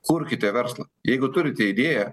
kurkite verslą jeigu turite idėją